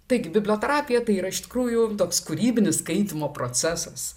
taigi biblioterapija tai yra iš tikrųjų toks kūrybinis skaitymo procesas